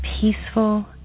peaceful